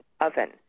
oven